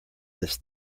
this